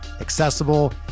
accessible